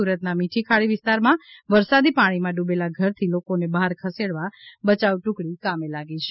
સુરતના મીઠી ખાડી વિસ્તારમાં વરસાદી પાણીમાં ડૂબેલા ઘરથી લોકોને બહાર ખસેડવા બચાવ ટૂકડી કામે લાગી છે